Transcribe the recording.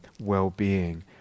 well-being